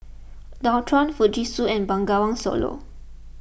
Dualtron Fujitsu and Bengawan Solo